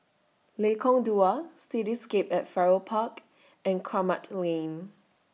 Lengkong Dua Cityscape At Farrer Park and Kramat Lane